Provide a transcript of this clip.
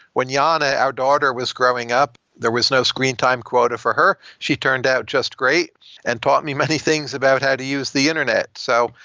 when yana, our daughter, was growing up, there was no screen time quota for her. she turned out just great and taught me many things about how to use the internet. so,